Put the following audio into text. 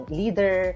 leader